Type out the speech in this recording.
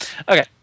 Okay